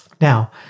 Now